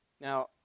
Now